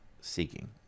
seeking